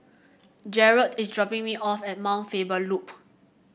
Jaret is dropping me off at Mount Faber Loop